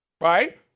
Right